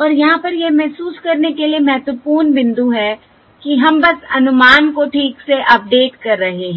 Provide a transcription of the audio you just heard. और यहां पर यह महसूस करने के लिए महत्वपूर्ण बिंदु है कि हम बस अनुमान को ठीक से अपडेट कर रहे हैं